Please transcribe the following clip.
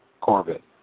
Corbett